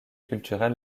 culturel